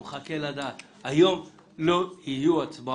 או מחכה לדעת היום לא תהיינה הצבעות.